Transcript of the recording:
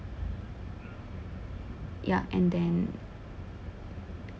ya and then